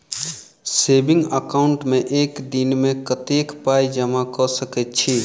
Saving account मे एक दिनमे कतेक पाई जमा कऽ सकैत छी?